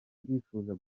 turifuza